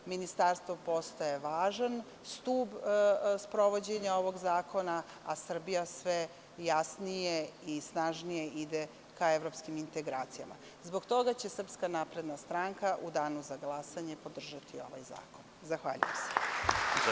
Ministarstvo postaje važan stub sprovođenja ovog zakona, a Srbija sve jasnije i snažnije ide ka evropskim integracijama, zbog toga će SNS u Danu za glasanje podržati ovaj zakon.